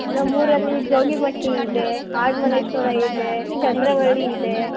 ನಮ್ಮೂರಲ್ಲಿ ಜೋಗಿಮಟ್ಟಿ ಇದೆ ಆಡು ಮಲ್ಲೇಶ್ವರ ಇದೆ ಚಂದ್ರವಳ್ಳಿ ಇದೆ